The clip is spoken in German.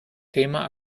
thema